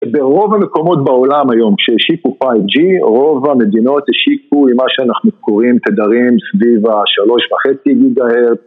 ברוב המקומות בעולם היום שהשיקו 5G, רוב המדינות השיקו עם מה שאנחנו קוראים תדרים סביב ה-3.5 גיגה הרץ.